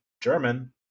German